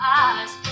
eyes